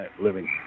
living